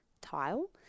tile